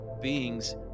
beings